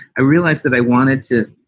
i realized that i wanted to.